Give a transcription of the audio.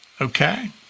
Okay